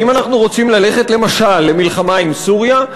האם אנחנו רוצים ללכת למשל למלחמה עם סוריה?